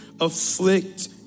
afflict